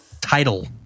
title